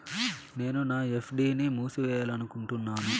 నేను నా ఎఫ్.డి ని మూసేయాలనుకుంటున్నాను